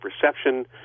perception